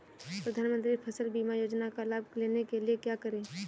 प्रधानमंत्री फसल बीमा योजना का लाभ लेने के लिए क्या करें?